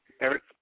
Eric